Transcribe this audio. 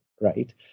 right